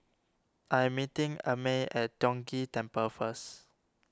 I am meeting Amey at Tiong Ghee Temple first